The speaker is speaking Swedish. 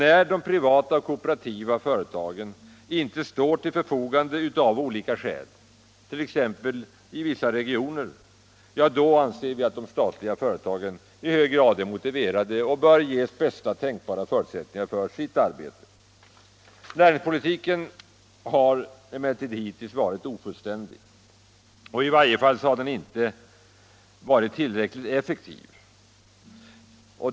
När de privata och kooperativa företagen av olika skäl inte står till förfogande t.ex. i vissa regioner, då anser vi att de statliga företagen i hög grad är motiverade och bör ges bästa tänkbara förutsättningar för sitt arbete. Näringspolitiken har emellertid hittills varit ofullständig, i varje fall har den inte varit tillräckligt effektiv.